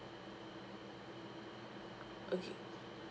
okay